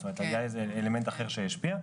זאת אומרת היה איזה אלמנט אחר שהשפיע.